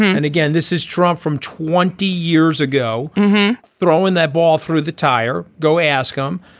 and again this is trump from twenty years ago throwing that ball through the tire. go ask him.